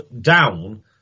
down